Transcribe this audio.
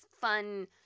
fun